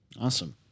Awesome